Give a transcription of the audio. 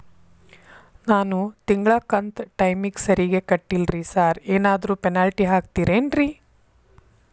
ನಾನು ತಿಂಗ್ಳ ಕಂತ್ ಟೈಮಿಗ್ ಸರಿಗೆ ಕಟ್ಟಿಲ್ರಿ ಸಾರ್ ಏನಾದ್ರು ಪೆನಾಲ್ಟಿ ಹಾಕ್ತಿರೆನ್ರಿ?